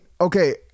okay